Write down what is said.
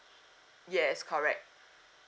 yes correct